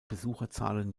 besucherzahlen